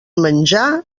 menjar